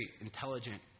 intelligent